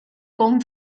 con